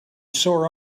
sore